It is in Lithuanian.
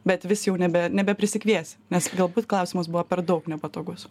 bet vis jau nebe nebeprisikviesi nes galbūt klausimas buvo per daug nepatogus